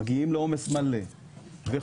מגיעים לעומס מלא וכו',